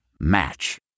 Match